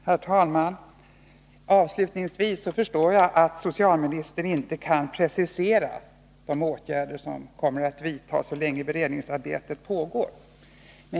Herr talman! Jag vill avslutningsvis säga att jag förstår att socialministern så länge beredningsarbetet pågår inte kan precisera de åtgärder som kommer att vidtas.